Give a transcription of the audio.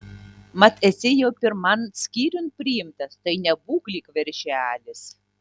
mat esi jau pirman skyriun priimtas tai nebūk lyg veršelis